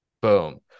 boom